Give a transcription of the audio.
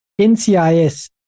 NCIS